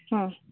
ᱦᱮᱸ